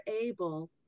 able